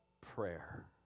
prayer